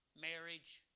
marriage